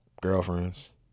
girlfriends